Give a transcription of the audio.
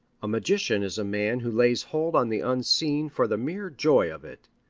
a magician is a man who lays hold on the unseen for the mere joy of it,